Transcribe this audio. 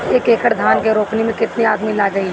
एक एकड़ धान के रोपनी मै कितनी आदमी लगीह?